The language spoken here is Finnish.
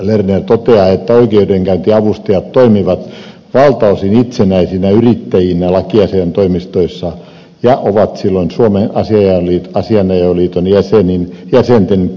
ruohonen lerner toteaa että oikeudenkäyntiavustajat toimivat valtaosin itsenäisinä yrittäjinä lakiasiaintoimistoissa ja ovat silloin suomen asianajajaliiton jäsenten kilpailijoita